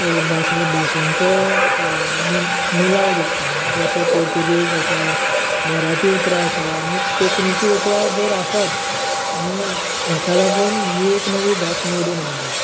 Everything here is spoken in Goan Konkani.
भासे भाशेंचो मिल मिलाव दिसता जशे पुर्तूगेज आसा मराठी उतरां आसा आनीक कोंकणीची उतरां दर आसात आनी हेका लागून ही एक नवी भास निवडून आयली